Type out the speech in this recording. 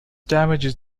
damages